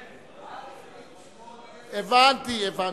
כן, עד סעיף 8. הבנתי, הבנתי.